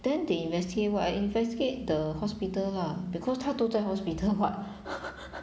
then they investigate what investigate the hospital lah because 他都在 hospital what